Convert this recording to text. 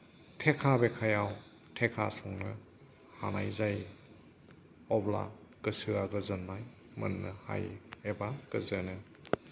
थेखा बेखायाव थेखा सुंनो हानाय जायो अब्ला गोसोआ गोजोननाय मोन्नो हायो एबा गोजोनो